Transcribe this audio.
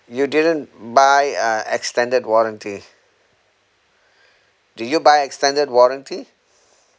you didn't buy uh extended warranty do you buy extended warranty